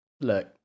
Look